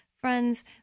friends